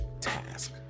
task